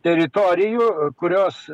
teritorijų kurios